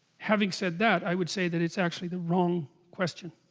having said that i would say that it's actually the wrong question